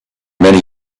many